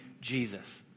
Jesus